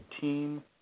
team